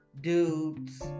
dudes